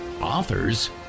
authors